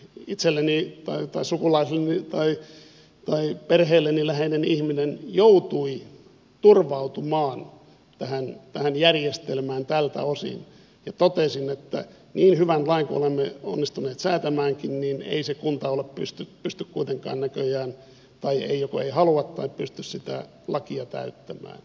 itselleni tämä sote työn perheelleni läheinen ihminen joutui turvautumaan tähän järjestelmään tältä osin ja totesin että niin hyvän lain kuin olemmekin onnistuneet säätämään niin ei se kunta pysty kuitenkaan näköjään joko ei halua tai pysty sitä lakia täyttämään